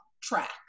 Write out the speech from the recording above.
track